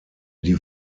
die